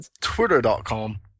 Twitter.com